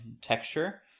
texture